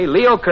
Leo